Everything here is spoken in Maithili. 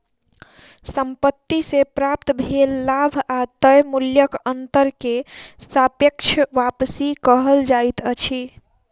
संपत्ति से प्राप्त भेल लाभ आ तय मूल्यक अंतर के सापेक्ष वापसी कहल जाइत अछि